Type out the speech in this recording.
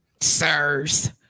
sirs